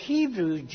Hebrew